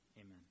Amen